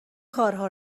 کارها